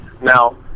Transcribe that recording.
Now